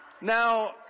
Now